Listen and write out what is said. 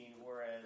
whereas